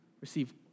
receive